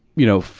you know,